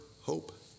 hope